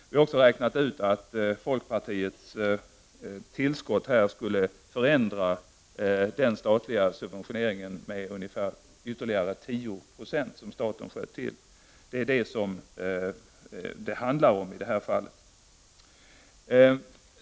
Vi har också räknat ut att det tillskott som folkpartiet föreslår skulle förändra den statliga subventioneringen på så sätt att ungefär ytterligare 10 90 sköts till. Det är vad det handlar om i detta fall.